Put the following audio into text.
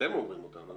אתם אומרים אותם.